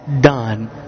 done